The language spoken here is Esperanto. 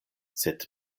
sed